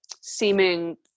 seeming